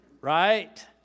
right